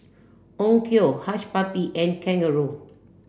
Onkyo Hush Puppy and kangaroo